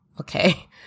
Okay